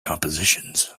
compositions